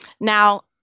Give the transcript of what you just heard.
Now